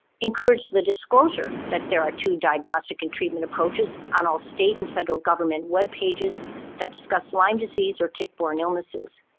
encourage the disclosure that there are two diagnostic in treatment approaches on all state and federal government web pages that discuss lyme disease or tick-borne tick-borne illnesses,